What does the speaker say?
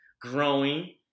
growing